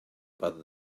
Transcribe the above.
but